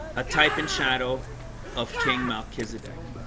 a type and shadow of king melchizedek